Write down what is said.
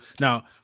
Now